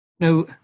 Now